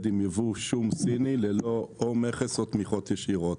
עם ייבוא שום סיני ללא או מכס או תמיכות ישירות.